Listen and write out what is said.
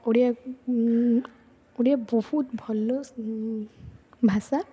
ଓଡ଼ିଆ ଓଡ଼ିଆ ବହୁତ ଭଲ ଭାଷା